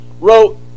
wrote